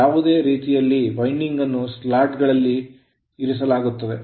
ಯಾವುದೇ ರೀತಿಯಲ್ಲಿ ವೈಂಡಿಂಗ್ ಅನ್ನು ಸ್ಲಾಟ್ ಗಳಲ್ಲಿ ಈ ರೀತಿ ಇರಿಸಲಾಗುತ್ತದೆ